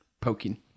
Poking